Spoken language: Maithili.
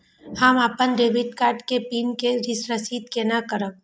हम अपन डेबिट कार्ड के पिन के रीसेट केना करब?